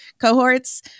cohorts